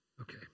Okay